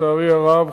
לצערי הרב,